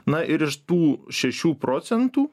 na ir iš tų šešių procentų